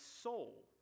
soul